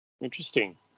Interesting